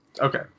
Okay